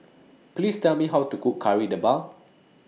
Please Tell Me How to Cook Kari Debal